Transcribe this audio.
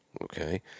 Okay